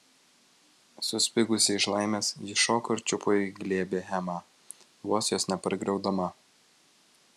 suspigusi iš laimės ji iššoko ir čiupo į glėbį hemą vos jos nepargriaudama